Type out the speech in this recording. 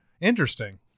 interesting